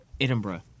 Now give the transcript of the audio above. Edinburgh